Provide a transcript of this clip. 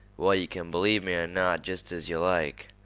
well, yeh kin b'lieve me er not, jest as yeh like.